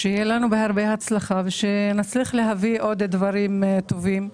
שיהיה לנו בהרבה הצלחה ושנצליח להביא עוד דברים טובים.